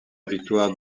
victoire